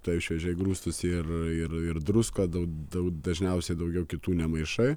tai šviežiai grūstųsi ir ir ir druska daug daug dažniausiai daugiau kitų nemaišai